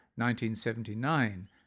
1979